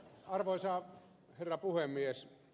arvoisa herra puhemies